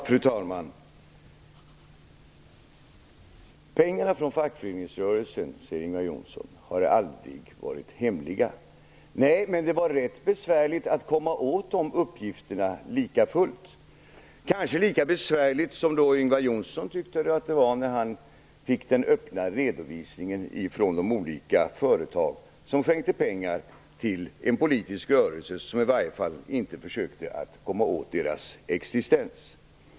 Fru talman! Pengarna från fackföreningsrörelsen, säger Ingvar Johnsson, har aldrig varit hemliga. Nej, men det var rätt besvärligt att komma åt de uppgifterna lika fullt, kanske lika besvärligt som Ingvar Johnsson tyckte att det var när han fick den öppna redovisningen från de olika företag som skänkte pengar till en politisk rörelse som i varje fall inte försökte komma åt deras existens.